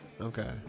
Okay